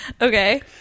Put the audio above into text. okay